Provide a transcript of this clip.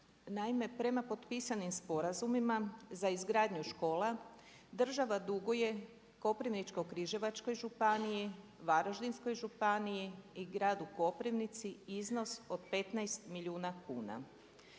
Naime, prema potpisanim sporazumima za izgradnju škola država duguje Koprivničko-križevačkoj županiji, Varaždinskoj županiji i gradu Koprivnici iznos od 15 milijuna kuna.